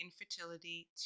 Infertility